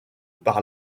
par